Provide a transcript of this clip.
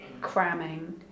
cramming